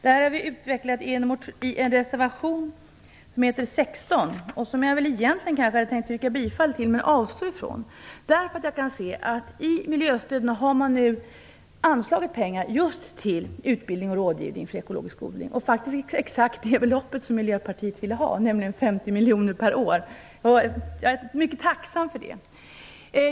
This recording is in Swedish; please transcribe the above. Detta har vi utvecklat i reservation 16 och som jag egentligen hade tänkt att yrka bifall till. Men jag avstår från det, därför att man i miljöstöden nu har anslagit pengar just till utbildning och rådgivning för ekologisk odling. Anslaget uppgår faktiskt till just det belopp som Miljöpartiet har föreslagit, nämligen 50 miljoner per år. Jag är mycket tacksam för det.